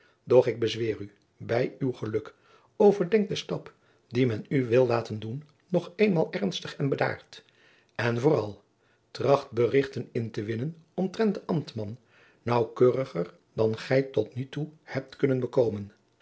doch ik bezweer u bij uw geluk overdenk den stap dien men u wil laten doen nog eenmaal ernstig en bedaard en vooral tracht berichten in te winnen omtrent den ambtman naauwkeuriger dan gij tot nu toe hebt kunnen bekomen